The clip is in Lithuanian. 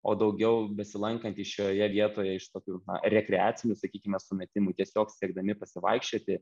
o daugiau besilankantys šioje vietoje iš tokių rekreacinių sakykime sumetimų tiesiog siekdami pasivaikščioti